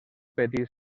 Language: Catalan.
petit